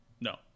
No